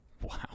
Wow